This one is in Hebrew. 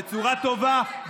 בצורה טובה,